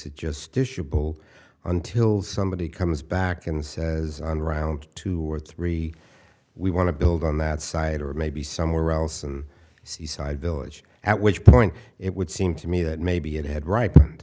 bull until somebody comes back and says on round two or three we want to build on that site or maybe somewhere else and seaside village at which point it would seem to me that maybe it had ripen